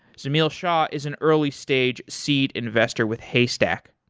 semil shah is an early stage seed investor with haystack,